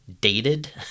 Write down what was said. dated